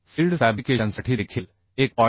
field फॅब्रिकेशनसाठी देखील 1